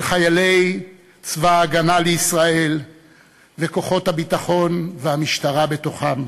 חיילי צבא הגנה לישראל וכוחות הביטחון והמשטרה בתוכם,